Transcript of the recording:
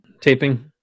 taping